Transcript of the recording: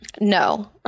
No